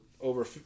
over